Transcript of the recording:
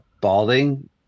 balding